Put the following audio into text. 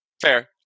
Fair